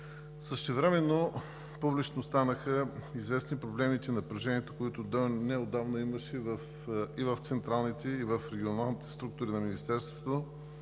Същевременно станаха публично известни проблемите и напрежението, които до неотдавна имаше и в централните, и в регионалните структури на Министерството